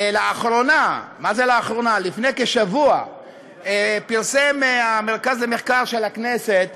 לפני כשבוע פרסם המרכז למחקר ולמידע של הכנסת